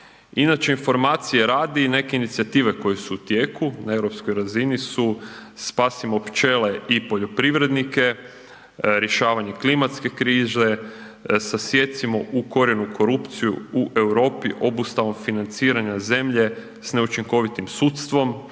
Inače informacije radi, neke inicijative koje su u tijeku na europskoj razini su „Spasimo pčele i poljoprivrednike“, „Rješavanje klimatske krize“, „Sasijecimo u korijenu korupciju u Europi obustavom financiranja zemlje s neučinkovitim sudstvom“,